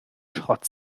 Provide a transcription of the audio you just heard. schrott